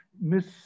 miss